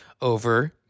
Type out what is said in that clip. over